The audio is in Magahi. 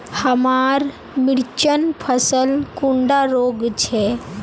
हमार मिर्चन फसल कुंडा रोग छै?